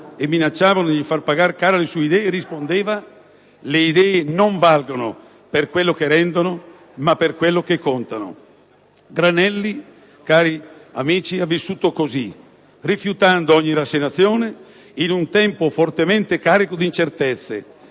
e minacciavano di fargli pagar care le sue idee, rispondeva «Le idee non valgono per quello che rendono, ma per quello che costano». Granelli, cari amici, ha vissuto cosi, rifiutando ogni rassegnazione in un tempo fortemente carico di incertezze,